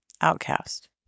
Outcast